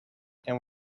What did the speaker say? and